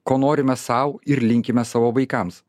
ko norime sau ir linkime savo vaikams